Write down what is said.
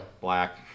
Black